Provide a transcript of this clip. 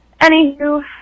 anywho